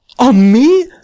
on me,